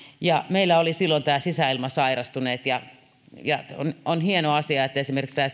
ja meillä oli silloin nämä sisäilmasairastuneet on hieno asia että esimerkiksi tämä